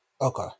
Okay